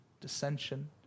dissension